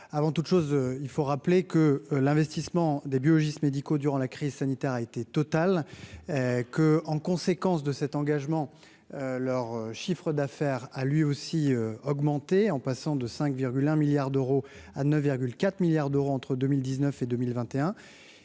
avant toute chose, il faut rappeler que l'investissement des biologistes médicaux durant la crise sanitaire a été totale, que, en conséquence de cet engagement, leur chiffre d'affaires a lui aussi augmenté en passant de 5,1 milliards d'euros à 9 4 milliards d'euros entre 2000 19 et 2021